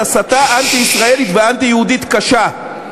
הסתה אנטי-ישראלית ואנטי-יהודית קשה.